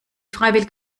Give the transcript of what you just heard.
freiwillig